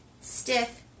stiff